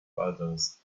others